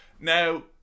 Now